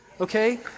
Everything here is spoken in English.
Okay